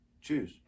Choose